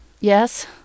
Yes